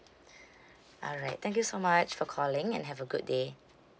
alright thank you so much for calling and have a good day